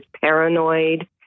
paranoid